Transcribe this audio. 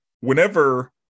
whenever